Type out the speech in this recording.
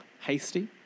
hasty